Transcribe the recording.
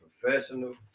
professional